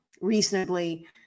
reasonably